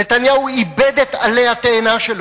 נתניהו איבד את עלי התאנה שלו.